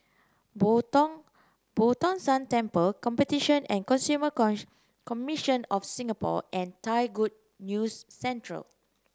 Boo Tong Boo Tong San Temple Competition and Consumer Commission of Singapore and Thai Good News Centre